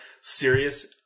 serious